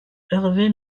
hervé